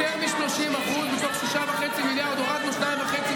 הלכתי רוחבית בצורה מאוזנת לכולם, כולם.